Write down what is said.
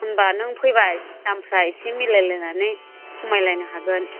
होनबा नों फैबा दामफ्रा एसे मिलायलायनानै खमायलायनो हागोन